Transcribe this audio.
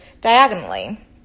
diagonally